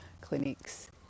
clinics